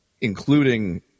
including